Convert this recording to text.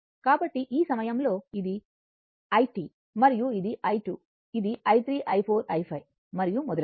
కాబట్టి ఈ సమయంలో ఇది i1 మరియు ఇది I2 ఇది i3 i4 i5 మరియు మొదలైనవి